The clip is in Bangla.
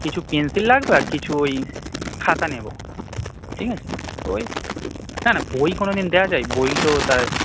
কিছু পেন্সিল লাগবে আর কিছু ওই খাতা নেবো ঠিক আছে ওই না না বই কোনো দিন দেওয়া যায় বই তো তার